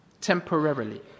temporarily